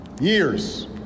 Years